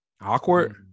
Awkward